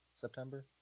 September